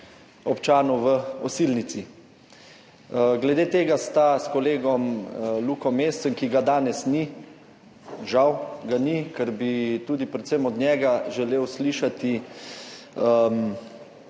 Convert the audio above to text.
občanov v Osilnici. Glede tega sta s kolegom Luko Mescem, ki ga danes ni, žal ga ni, ker bi tudi predvsem od njega želel slišati